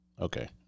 Okay